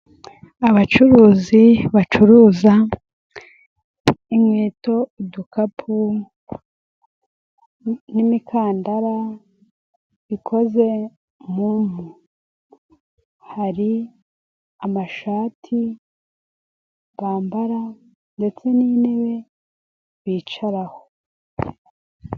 Abacuruzi bacuruza inkweto, udukapu n'imikandara ikoze mu mpu. Hari amashati bambara ndetse n'intebe bicaraho.